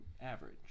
average